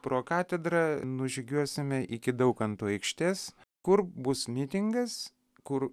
pro katedrą nužygiuosime iki daukanto aikštės kur bus mitingas kur